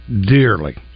dearly